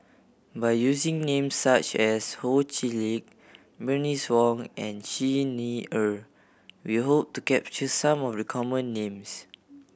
by using names such as Ho Chee Lick Bernice Wong and Xi Ni Er we hope to capture some of the common names